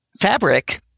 fabric